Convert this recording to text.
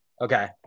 Okay